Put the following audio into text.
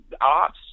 arts